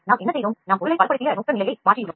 நாம் பொருளை பலப்படுத்திய நோக்குநிலையை மாற்றியுள்ளோம்